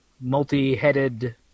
multi-headed